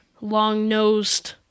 long-nosed